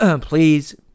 Please